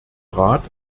rat